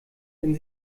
wenn